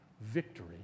victory